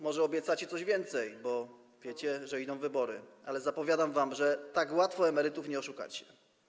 Może obiecacie coś więcej, bo wiecie, że idą wybory, ale zapowiadam wam, że tak łatwo emerytów nie oszukacie.